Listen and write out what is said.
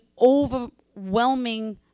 overwhelming